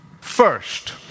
first